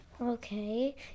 Okay